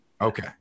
Okay